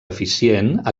eficient